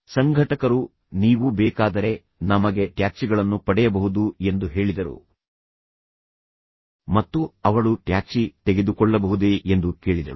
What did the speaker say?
ಸಂಘಟಕರು ನೀವು ಬೇಕಾದರೆ ನಮಗೆ ಟ್ಯಾಕ್ಸಿಗಳನ್ನು ಪಡೆಯಬಹುದು ಎಂದು ಹೇಳಿದರು ಮತ್ತು ಅವಳು ಟ್ಯಾಕ್ಸಿ ತೆಗೆದುಕೊಳ್ಳಬಹುದೇ ಎಂದು ಕೇಳಿದಳು